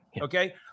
okay